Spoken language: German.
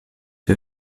wir